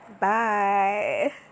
Bye